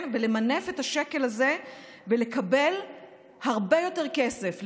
למנף את השקל הזה ולקבל הרבה יותר כסף,